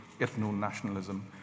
ethno-nationalism